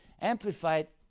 Amplified